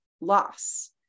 loss